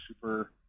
super